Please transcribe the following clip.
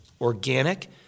organic